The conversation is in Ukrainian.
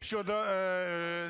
щодо